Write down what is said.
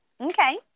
Okay